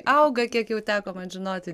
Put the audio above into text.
auga kiek jau teko man žinoti